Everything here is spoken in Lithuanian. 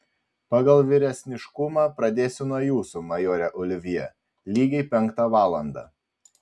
pagal vyresniškumą pradėsiu nuo jūsų majore olivjė lygiai penktą valandą